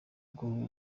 guha